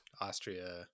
austria